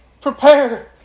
Prepare